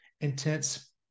intense